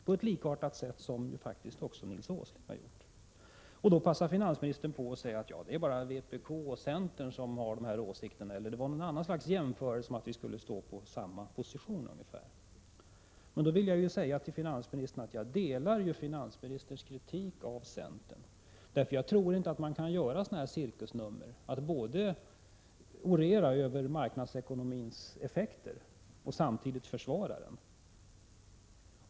Nils G. Åsling har framfört likartad kritik. Och då passar finansministern på att säga: Det är bara vpk och centern som har dessa åsikter. Han gjorde ytterligare någon jämförelse som skulle visa att vi intar samma positioner. Jag vill säga till finansministern att jag instämmer i hans kritik av centern. Jag tror nämligen inte att man kan göra sådana cirkusnummer — att både orera över marknadsekonomins effekter och samtidigt försvara den.